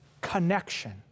connection